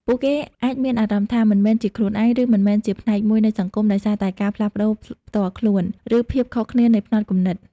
ពួកគេអាចមានអារម្មណ៍ថា មិនមែនជាខ្លួនឯង ឬមិនមែនជាផ្នែកមួយនៃសង្គម ដោយសារតែការផ្លាស់ប្តូរផ្ទាល់ខ្លួន និងភាពខុសគ្នានៃផ្នត់គំនិត។